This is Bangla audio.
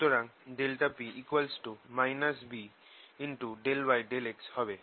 সুতরাং ∆p B∂y∂x হবে